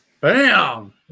Bam